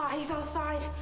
he's outside,